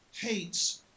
hates